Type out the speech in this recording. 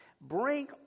Bring